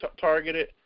targeted